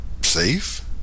safe